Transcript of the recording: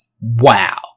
wow